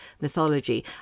mythology